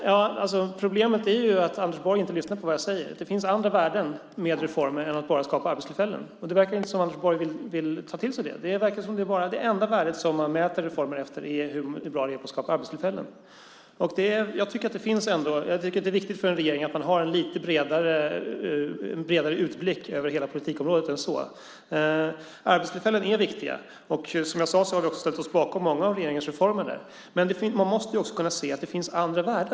Fru talman! Problemet är att Anders Borg inte lyssnar på vad jag säger. Det finns andra värden med reformer än att bara skapa arbetstillfällen. Det verkar inte som att Anders Borg vill ta till sig det. Det verkar som att det enda värdet som man mäter reformer utifrån är hur bra de är på att skapa arbetstillfällen. Jag tycker att det är viktigt för en regering att man har en lite bredare utblick över hela politikområdet. Arbetstillfällen är viktiga. Som jag sade har vi också ställt oss bakom många av regeringens reformer. Men man måste också kunna se att det finns andra värden.